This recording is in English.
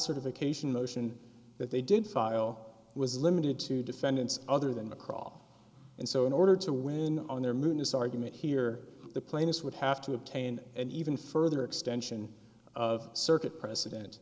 classification motion that they did file was limited to defendants other than mccraw and so in order to win on their moon is argument here the plainest would have to obtain and even further extension of circuit precedent